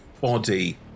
Body